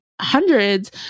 hundreds